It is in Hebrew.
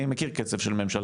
אני מכיר קצב של ממשלה,